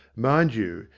mind you,